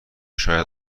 شاید